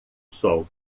sol